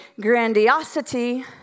grandiosity